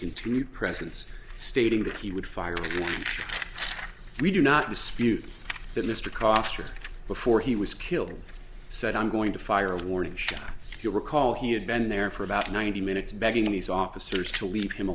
continued presence stating that he would fire we do not dispute that mr coster before he was killed said i'm going to fire a warning shot if you recall he had been there for about ninety minutes begging these officers to leave him